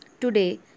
today